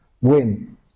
win